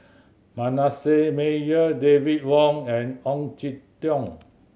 Manasseh Meyer David Wong and Ong Jin Teong